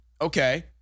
Okay